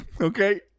Okay